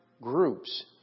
groups